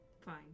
Fine